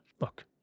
Look